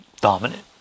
dominant